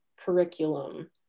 curriculum